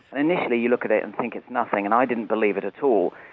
initially you look at it and think it's nothing. and i didn't believe it at all.